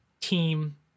team